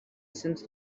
since